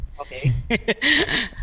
Okay